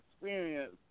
experience